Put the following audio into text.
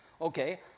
Okay